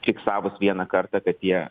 fiksavus vieną kartą kad tie